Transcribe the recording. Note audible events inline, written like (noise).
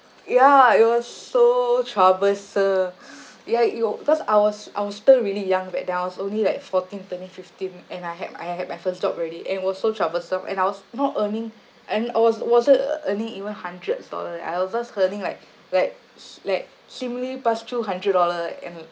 ya it was so troublesome (breath) ya it wa~ cause I was I was still really young back then I was only like fourteen thirteen fifteen and I had I had my first job already and was so troublesome and I was not earning and I was wasn't uh earning even hundreds dollar leh I was just earning like like sli~ like slimly pass through hundred dollar leh and